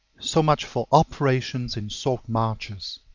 so much for operations in salt-marches.